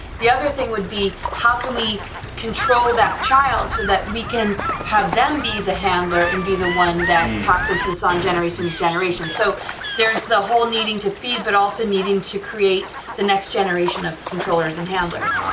the other thing would be how can we control that child so that we can have them be the handler, and be the one that passes this on generation to generation, so there is the whole needing to feed but also needing to create the next generation of controllers and handlers.